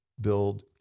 Build